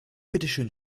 bitteschön